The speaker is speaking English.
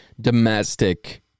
domestic